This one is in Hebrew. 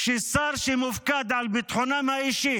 ששר שמופקד על ביטחונם האישי